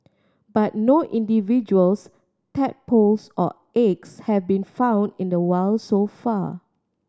but no individuals tadpoles or eggs have been found in the wild so far